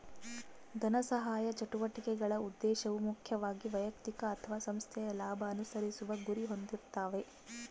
ಧನಸಹಾಯ ಚಟುವಟಿಕೆಗಳ ಉದ್ದೇಶವು ಮುಖ್ಯವಾಗಿ ವೈಯಕ್ತಿಕ ಅಥವಾ ಸಂಸ್ಥೆಯ ಲಾಭ ಅನುಸರಿಸುವ ಗುರಿ ಹೊಂದಿರ್ತಾವೆ